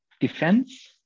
defense